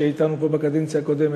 שהיה אתנו פה בקדנציה הקודמת,